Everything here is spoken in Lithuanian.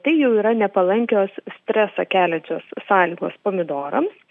tai jau yra nepalankios stresą keliančios sąlygos pomidorams